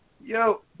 Yo